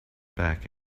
back